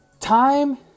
Time